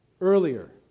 earlier